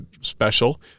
special